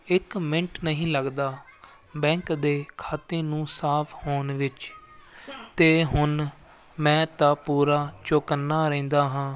ਇੱਕ ਮਿੰਟ ਨਹੀਂ ਲੱਗਦਾ ਬੈਂਕ ਦੇ ਖਾਤੇ ਨੂੰ ਸਾਫ ਹੋਣ ਵਿੱਚ ਅਤੇ ਹੁਣ ਮੈਂ ਤਾਂ ਪੂਰਾ ਚੋਕੰਨਾ ਰਹਿੰਦਾ ਹਾਂ